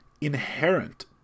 inherent